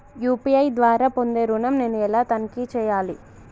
UPI ద్వారా పొందే ఋణం నేను ఎలా తనిఖీ చేయాలి?